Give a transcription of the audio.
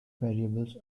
variables